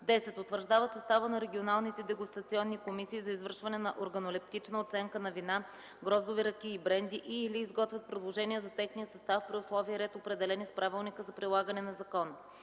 10. утвърждават състава на регионалните дегустационни комисии за извършване на органолептична оценка на вина, гроздови ракии и бренди и/или изготвят предложения за техния състав при условие и ред, определени с правилника за прилагане на закона;